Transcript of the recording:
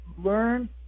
Learn